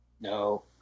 No